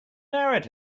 married